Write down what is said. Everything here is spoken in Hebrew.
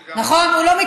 לגמרי.